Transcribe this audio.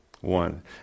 One